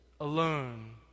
alone